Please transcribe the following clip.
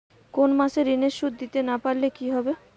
কোন মাস এ ঋণের সুধ দিতে না পারলে কি হবে?